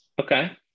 Okay